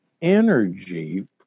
energy